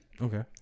Okay